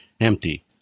empty